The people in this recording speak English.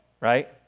right